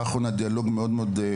האחרונה עם הצוות של ועד העובדים,